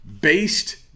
based